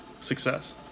success